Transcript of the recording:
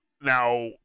Now